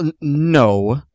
no